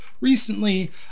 recently